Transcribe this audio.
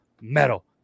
Metal